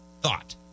thought